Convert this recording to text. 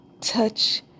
touch